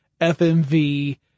FMV